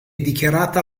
dichiarata